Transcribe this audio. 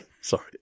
Sorry